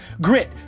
Grit